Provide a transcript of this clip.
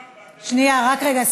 שנייה, רק רגע.